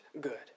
good